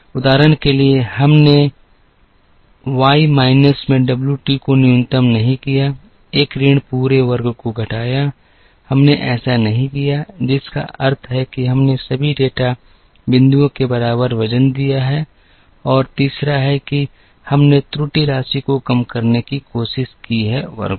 उदाहरण के लिए हमने वाई माइनस में wt को न्यूनतम नहीं किया एक ऋण पूरे वर्ग को घटाया हमने ऐसा नहीं किया जिसका अर्थ है कि हमने सभी डेटा बिंदुओं के बराबर वजन दिया है और तीसरा है कि हमने त्रुटि राशि को कम करने की कोशिश की है वर्गों